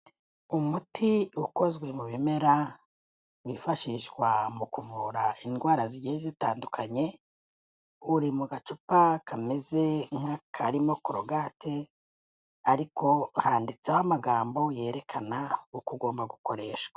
Umuti ukozwe mu bimera wifashishwa mu kuvura indwara zigiye zitandukanye, uri mu gacupa kameze nk'akarimo korogate ariko handitseho amagambo yerekana uko ugomba gukoreshwa.